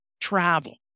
travel